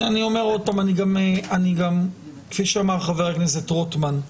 אני אומר עוד פעם כפי שאמר חבר הכנסת רוטמן,